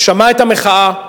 הוא שמע את המחאה,